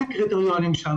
אין קריטריונים שם.